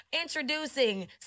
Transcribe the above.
Introducing